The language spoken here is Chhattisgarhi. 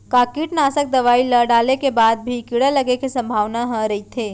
का कीटनाशक दवई ल डाले के बाद म भी कीड़ा लगे के संभावना ह रइथे?